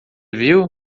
viu